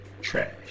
trash